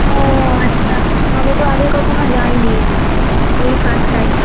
ও আচ্ছা আমি তো আগে কখনো যাই নি এই ফার্স্ট টাইম